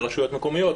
רשויות מקומיות,